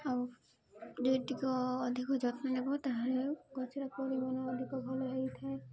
ଆଉ ଯେତିିକ ଅଧିକ ଯତ୍ନ ନେବ ତାହେଲେ ଗଛର ପରିମାଣ ଅଧିକ ଭଲ ହେଇଥାଏ